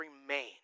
remain